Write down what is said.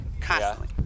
Constantly